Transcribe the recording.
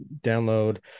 download